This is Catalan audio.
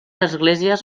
esglésies